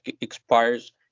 expires